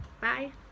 Bye